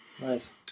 nice